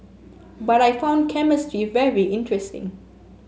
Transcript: but I found chemistry very interesting